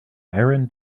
aaron